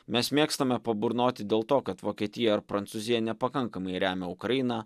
mes mėgstame paburnoti dėl to kad vokietija ar prancūzija nepakankamai remia ukrainą